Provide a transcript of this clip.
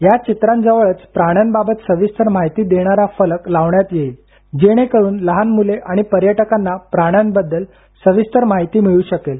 या चित्रांजवळच प्राण्याबाबत सविस्तर माहिती देणारा फलक लावण्यात येईल जेणेकरून लहान मुले आणि पर्यटकांना प्राण्यांबद्दल सविस्तर माहिती मिळू शकेल